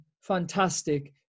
fantastic